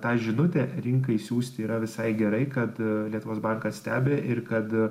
tą žinutę rinkai siųsti yra visai gerai kad lietuvos bankas stebi ir kad